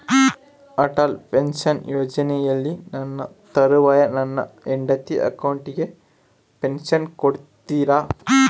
Atal pension ಯೋಜನೆಯಲ್ಲಿ ನನ್ನ ತರುವಾಯ ನನ್ನ ಹೆಂಡತಿ ಅಕೌಂಟಿಗೆ ಪೆನ್ಶನ್ ಕೊಡ್ತೇರಾ?